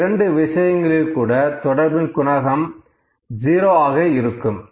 இந்த இரண்டு விஷயங்களில் கூட தொடர்பின் குணகம் 0 ஆக இருக்கும்